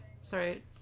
sorry